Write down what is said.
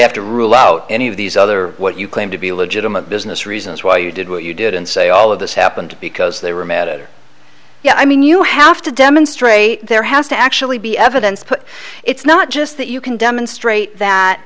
have to rule out any of these other what you claim to be a legitimate business reasons why you did what you did and say all of this happened because they were mad at her yeah i mean you have to demonstrate there has to actually be evidence but it's not just that you can demonstrate that